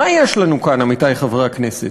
מה יש לנו כאן, עמיתי חברי הכנסת?